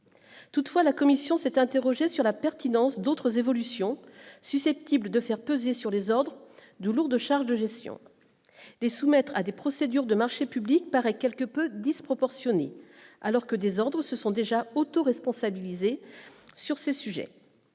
toutefois, la Commission s'est interrogé sur la pertinence d'autres évolutions susceptibles de faire peser sur les ordres de lourdes charges de gestion les soumettre à des procédures de marchés publics paraît quelque peu disproportionné, alors que des ordres se sont déjà auto-responsabiliser sur ce sujet,